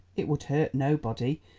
it would hurt nobody,